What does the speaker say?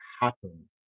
happen